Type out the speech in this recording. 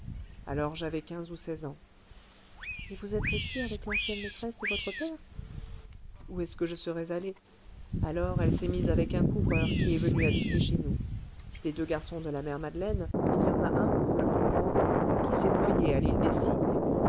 alors j'avais quinze ou seize ans et vous êtes restée avec l'ancienne maîtresse de votre père où est-ce que je serais allée alors elle s'est mise avec un couvreur qui est venu habiter chez nous des deux garçons de la mère madeleine il y en a un le plus grand qui s'est noyé à l'île des cygnes